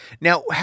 Now